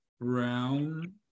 Brown